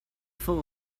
full